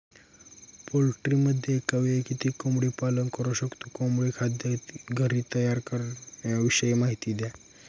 पोल्ट्रीमध्ये एकावेळी किती कोंबडी पालन करु शकतो? कोंबडी खाद्य घरी तयार करण्याविषयी माहिती द्या